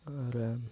ஒரு